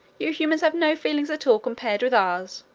you humans have no feelings at all compared with ours.